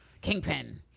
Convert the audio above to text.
Kingpin